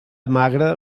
magre